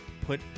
put